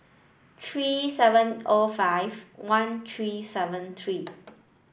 three seven O five one three seven three